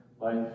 life